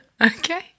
Okay